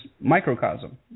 microcosm